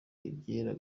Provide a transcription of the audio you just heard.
iryera